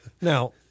Now